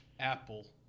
Apple